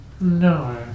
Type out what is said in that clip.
No